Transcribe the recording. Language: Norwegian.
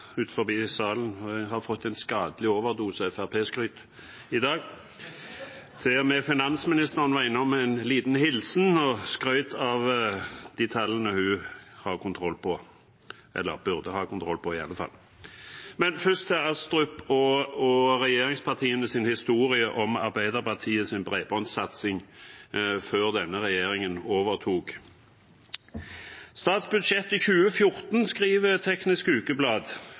finansministeren var innom med en liten hilsen og skrøt av de tallene hun har kontroll på, eller burde ha kontroll på i alle fall. Men først til Astrup og regjeringspartienes historie om Arbeiderpartiets bredbåndssatsing før denne regjeringen overtok. I 2014 skrev Teknisk Ukeblad